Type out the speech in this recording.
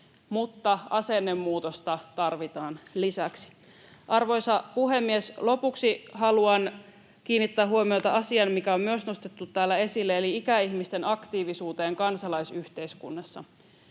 mutta asennemuutosta tarvitaan lisäksi. Arvoisa puhemies! Lopuksi haluan kiinnittää huomiota asiaan, mikä on myös nostettu täällä esille, eli ikäihmisten aktiivisuuteen kansalaisyhteiskunnassa.